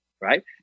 right